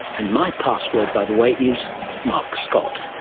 and my password, by the way, is mark scott.